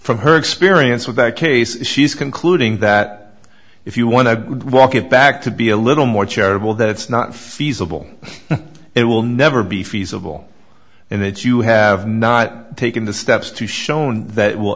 from her experience with that case she's concluding that if you want to walk it back to be a little more charitable that it's not feasible it will never be feasible and that you have not taken the steps to shown that it will